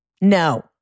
No